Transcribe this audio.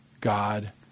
God